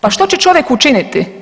Pa što će čovjek učiniti?